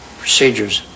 procedures